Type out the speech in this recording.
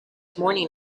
morning